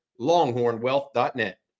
LonghornWealth.net